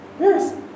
Yes